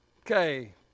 Okay